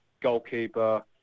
goalkeeper